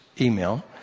email